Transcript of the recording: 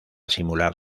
simular